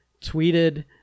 tweeted